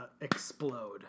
explode